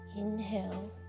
Inhale